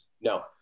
No